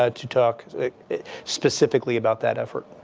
ah to talk specifically about that effort.